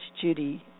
Judy